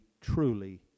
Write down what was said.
truly